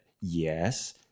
Yes